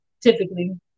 typically